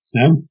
Sam